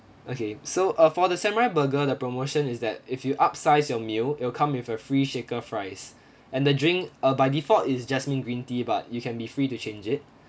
okay so uh for the samurai burger the promotion is that if you upsize your meal it will come with a free shaker fries and the drink uh by default it's jasmine green tea but you can be free to change it